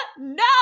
no